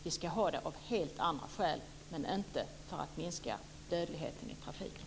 Vi ska ha det av helt andra skäl, och inte för att minska dödligheten i trafiken.